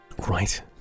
right